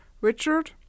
Richard